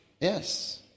Yes